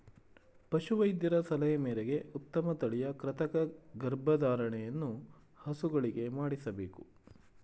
ಪಶು ವೈದ್ಯರ ಸಲಹೆ ಮೇರೆಗೆ ಉತ್ತಮ ತಳಿಯ ಕೃತಕ ಗರ್ಭಧಾರಣೆಯನ್ನು ಹಸುಗಳಿಗೆ ಮಾಡಿಸಬೇಕು